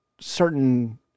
certain